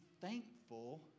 thankful